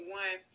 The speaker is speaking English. one